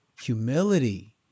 Humility